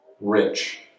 rich